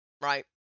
right